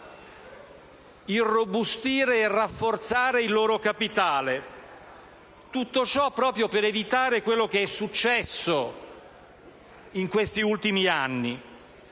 irrobustire e rafforzare il loro capitale, proprio per evitare quello che è successo in questi ultimi anni.